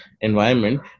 environment